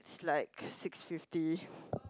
like six fifty